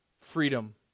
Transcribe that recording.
freedom